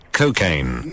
cocaine